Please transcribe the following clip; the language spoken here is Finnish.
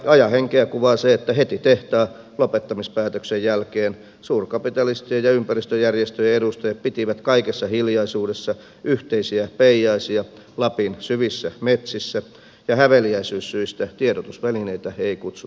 ajan henkeä kuvaa se että heti tehtaan lopettamispäätöksen jälkeen suurkapitalistien ja ympäristöjärjestöjen edustajat pitivät kaikessa hiljaisuudessa yhteisiä peijaisia lapin syvissä metsissä ja häveliäisyyssyistä tiedotusvälineitä ei kutsuttu paikalle